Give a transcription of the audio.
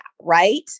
right